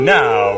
now